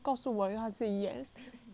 then I feel damn sad lor